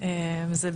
ברוך ה' שיש מה לחלק.